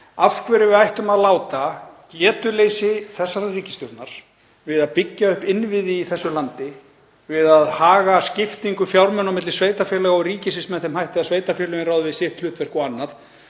af hverju við ættum að láta getuleysi þessarar ríkisstjórnar við að byggja upp innviði í þessu landi, við að haga skiptingu fjármuna á milli sveitarfélaga og ríkisins með þeim hætti að sveitarfélögin ráði við sitt hlutverk og annað,